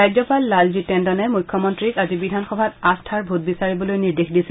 ৰাজ্যপাল লালজী টেণ্ডনে মুখ্যমন্ত্ৰীক আজি বিধানসভাত আস্থাৰ ভোট বিচাৰিবলৈ নিৰ্দেশ দিছিল